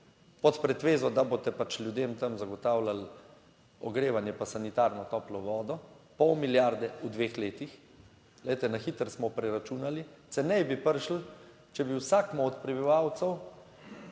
pod pretvezo, da boste pač ljudem tam zagotavljali ogrevanje, pa sanitarno toplo vodo, pol milijarde v dveh letih. Glejte, na hitro smo preračunali. Ceneje bi prišli, če bi vsakemu od prebivalcev